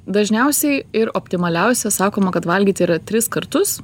dažniausiai ir optimaliausia sakoma kad valgyti yra tris kartus